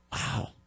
Wow